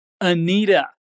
Anita